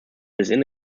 within